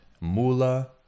mula